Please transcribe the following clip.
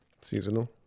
Seasonal